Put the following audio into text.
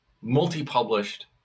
multi-published